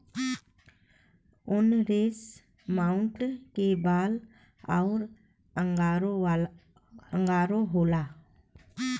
उनरेसमऊट क बाल अउर अंगोरा होला